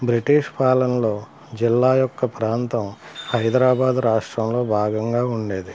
British పాలనలో జిల్లా యొక్క ప్రాంతం హైదరాబాద్ రాష్ట్రంలో భాగంగా ఉండేది